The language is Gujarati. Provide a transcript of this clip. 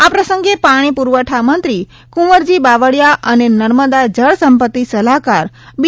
આ પ્રસંગે પાણી પૂરવઠા મંત્રી કુંવરજી બાવળીયા અને નર્મદા જળ સંપત્તિ સલાહકાર બી